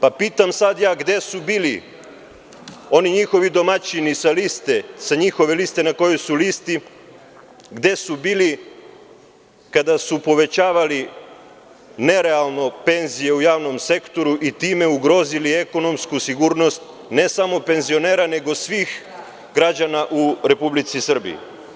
Pa, pitam sada gde su bili oni njihovi domaćini sa liste, sa njihove liste na kojoj su listi, gde su bili kada su povećavali nerealno penzije u javnom sektoru i time ugrozili ekonomsku sigurnost, ne samo penzionera, nego svih građana u Republici Srbiji.